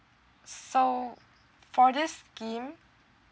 so for this scheme